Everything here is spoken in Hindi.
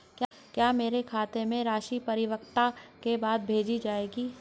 क्या मेरे खाते में राशि परिपक्वता के बाद भेजी जाएगी?